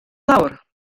lawr